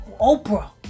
Oprah